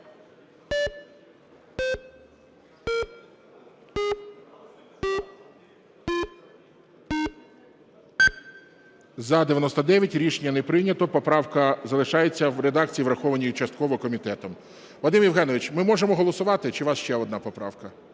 За-99 Рішення не прийнято. Поправка залишається в редакції, врахованій частково комітетом. Вадим Євгенович, ми можемо голосувати, чи у вас ще одна поправка?